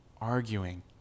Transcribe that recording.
arguing